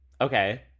Okay